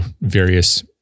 various